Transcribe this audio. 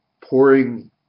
pouring